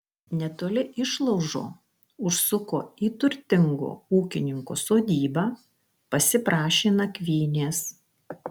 netoli išlaužo užsuko į turtingo ūkininko sodybą pasiprašė nakvynės